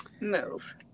move